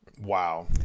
Wow